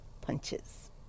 punches